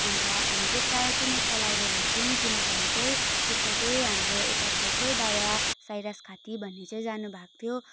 अन्त हामी चाहिँ प्राय चाहिँ नेपाल आइडल हेर्छौँ किनभने चाहिँ त्यसमा चाहिँ हाम्रो यता छेउकै दादा साइरस खाती भन्ने चाहिँ जानुभएको थियो